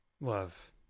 Love